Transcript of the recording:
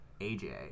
AJ